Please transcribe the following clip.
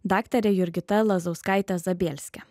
daktarė jurgita lazauskaitė zabielske